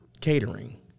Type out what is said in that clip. catering